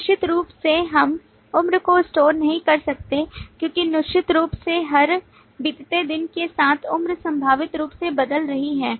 निश्चित रूप से हम उम्र को स्टोर नहीं कर सकते क्योंकि निश्चित रूप से हर बीतते दिन के साथ उम्र संभावित रूप से बदल रही है